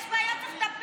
יש בעיות, צריך לטפל.